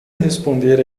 responder